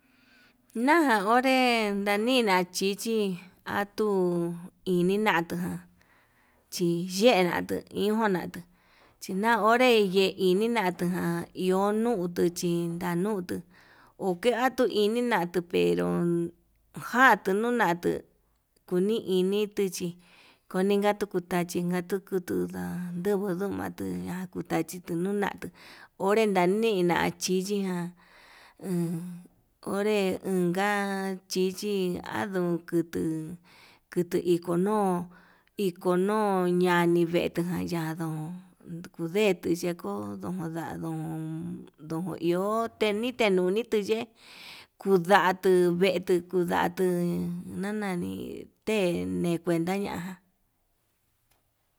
Naján onre nanina chichi atuu ini natujan chiye atuu yijun natuu, china onre ye'e ini natuu na iho nutu chin ndanutu oke atu ini natuu pero jatu nunatu, kuni ini tuchi coninka tuku tachinga tukutu nda nunju nunkatu tachi tuu nunatu, onre nanina chichijan en onre unka chichi andun kutuu, kutuu ikono ikono ñanivetujan yando ukude tuyekodo ondanuu iho, tenite nunitu yee kudatu vee tukudatu nanani te nikuenta ñajan.